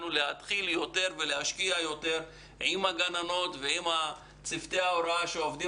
ולהשקיע יותר עם הגננות ועם צוותי ההוראה שעובדים